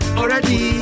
already